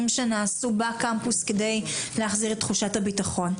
שנעשו בקמפוס כדי להחזיר את תחושת הבטחון.